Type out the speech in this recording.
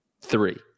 three